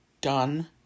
done